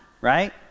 right